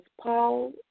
Paul